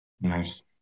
Nice